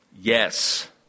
Yes